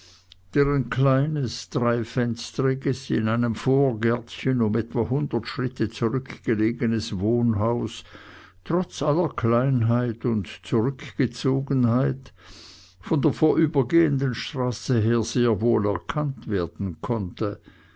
gärtnerei deren kleines dreifenstriges in einem vorgärtchen um etwa hundert schritte zurück gelegenes wohnhaus trotz aller kleinheit und zurückgezogenheit von der vorübergehenden straße her sehr wohl erkannt werden konnte